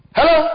Hello